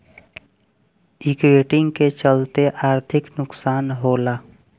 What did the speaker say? investing के चलते आर्थिक नुकसान होला